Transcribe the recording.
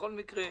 בכל מקרה,